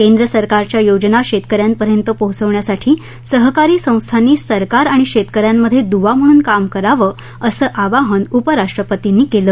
केंद्र सरकारच्या योजना शेतकऱ्यांपर्यंत पोहोचवण्यासाठी सहकारी संस्थांनी सरकार आणि शेतकऱ्यांमध्ये दुवा म्हणून काम करावं असं आवाहन उपराष्ट्रपतींनी यांनी केलं